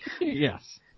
Yes